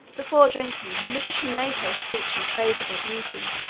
before drinking the magician made her a speech in praise of her beauty,